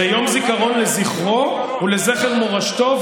זה יום זיכרון לזכרו ולזכר מורשתו.